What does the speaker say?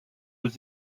aux